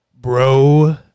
bro